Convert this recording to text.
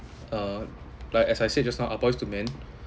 uh like as I said just now ah boys to men